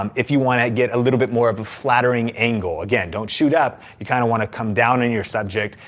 um if you wanna get a little bit more of a flattering angle. again, don't shoot up. you kind of wanna come down on your subject.